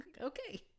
Okay